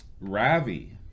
ravi